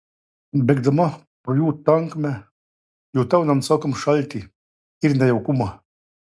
bėgdama pro jų tankmę jutau nenusakomą šaltį ir nejaukumą